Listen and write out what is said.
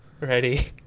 ready